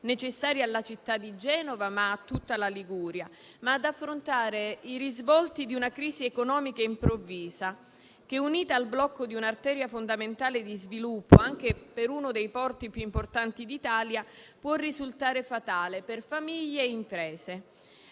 necessaria alla città di Genova e a tutta la Liguria, ma anche ad affrontare i risvolti di una crisi economica improvvisa, che, unita al blocco di un'arteria fondamentale di sviluppo anche per uno dei porti più importanti d'Italia, può risultare fatale per famiglie e imprese.